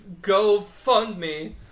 GoFundMe